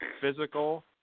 physical